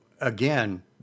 again